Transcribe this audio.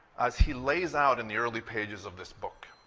as he lays out in the early pages of this book,